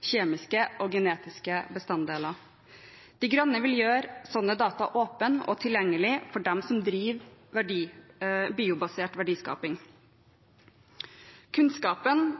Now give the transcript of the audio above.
kjemiske og genetiske bestanddeler. De Grønne vil gjøre slike data åpne og tilgjengelige for dem som driver med biobasert verdiskaping. Kunnskapen